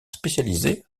spécialisée